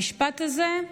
המשפט הזה,